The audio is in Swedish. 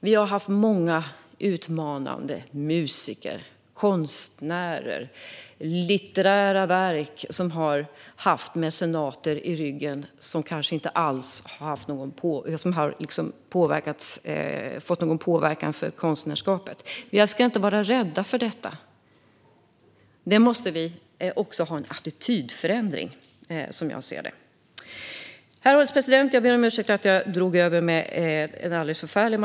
Vi har haft många utmanande musiker, konstnärer och författare av litterära verk som har haft mecenater i ryggen utan att detta har påverkat konstnärskapet. Vi ska inte vara rädda för detta. Här måste vi ha en attitydförändring, som jag ser det. Herr ålderspresident! Jag ber om ursäkt för att jag dragit över talartiden alldeles förfärligt.